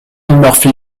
murphy